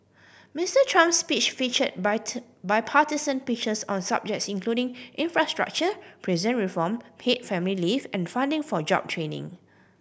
Mister Trump's speech featured bipartisan pitches on subjects including infrastructure prison reform paid family leave and funding for job training